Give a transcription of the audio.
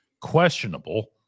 questionable